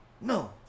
No